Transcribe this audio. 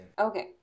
Okay